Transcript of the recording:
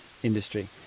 Industry